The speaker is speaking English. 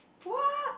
what